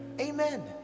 Amen